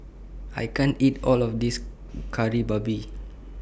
I can't eat All of This Kari Babi